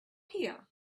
here